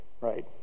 right